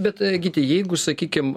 bet gyti jeigu sakykim